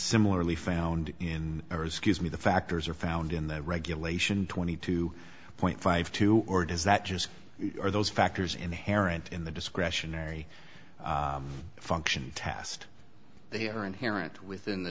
similarly found in risk is me the factors are found in the regulation twenty two point five two or does that just are those factors inherent in the discretionary function tast they are inherent within the